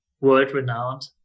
world-renowned